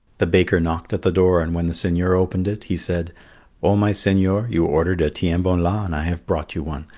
the baker knocked at the door and when the seigneur opened it he said oh, my seigneur, you ordered a tiens-bon-la and i have brought you one,